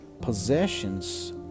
Possessions